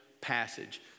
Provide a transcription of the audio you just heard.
passage